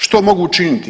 Što mogu učiniti?